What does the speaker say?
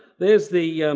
there's the,